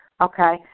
okay